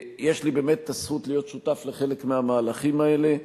יש לי באמת הזכות להיות שותף לחלק מהמהלכים האלה,